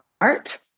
art